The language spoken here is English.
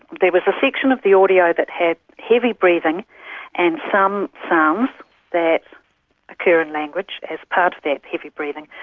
there was a section of the audio that had heavy breathing and some sounds that occur in language as part of that heavy breathing,